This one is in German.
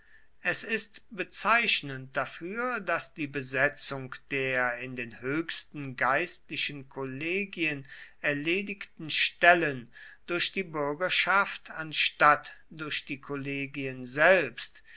es ist bezeichnend dafür daß die besetzung der in den höchsten geistlichen kollegien erledigten stellen durch die bürgerschaft anstatt durch die kollegien selbst